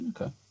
Okay